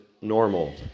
normal